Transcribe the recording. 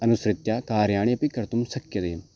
अनुसृत्यानि कार्याणि अपि कर्तुं शक्यते